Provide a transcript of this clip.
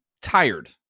tired